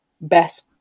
best